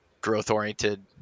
growth-oriented